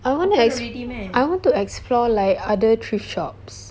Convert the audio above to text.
I want to ex~ I want to explore like other thrift shops